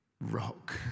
rock